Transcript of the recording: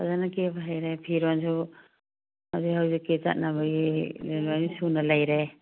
ꯐꯖꯅ ꯀꯦꯕ ꯍꯩꯔꯦ ꯐꯤꯔꯣꯟꯁꯨ ꯍꯧꯖꯤꯛ ꯍꯧꯖꯤꯛꯀꯤ ꯆꯠꯅꯕꯒꯤ ꯂꯣꯏꯅ ꯁꯨꯅ ꯂꯩꯔꯦ